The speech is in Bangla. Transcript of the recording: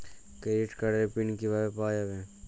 ক্রেডিট কার্ডের পিন কিভাবে পাওয়া যাবে?